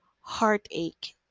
heartache